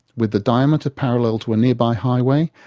with the diameter parallel to a nearby highway,